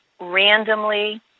randomly